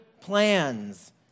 plans